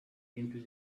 into